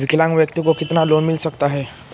विकलांग व्यक्ति को कितना लोंन मिल सकता है?